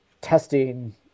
testing